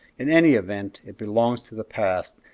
in any event, it belongs to the past,